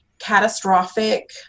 catastrophic